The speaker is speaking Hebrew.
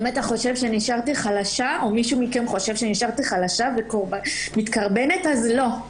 אם אתה או מישהו מכם חושב שנשארתי חלשה ומתקרבנת אז לא.